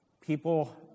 people